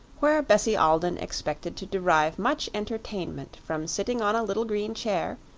where bessie alden expected to derive much entertainment from sitting on a little green chair,